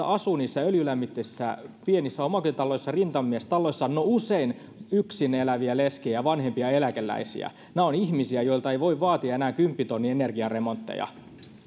asuu niissä öljylämmitteisissä pienissä omakotitaloissa rintamamiestaloissa niin no usein yksin eläviä leskiä ja vanhempia eläkeläisiä he ovat ihmisiä joilta ei voi vaatia enää kymppitonnin energiaremontteja